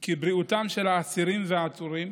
כי בריאותם של האסירים והעצורים,